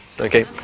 Okay